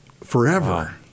Forever